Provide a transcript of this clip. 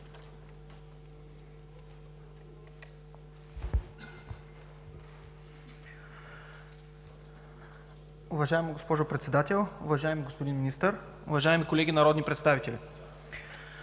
Уважаема госпожо Председател, уважаеми господин Министър, уважаеми колеги народни представители!